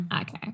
Okay